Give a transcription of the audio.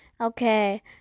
Okay